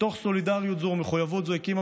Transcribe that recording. מתוך סולידריות זו ומחויבות זו מקימה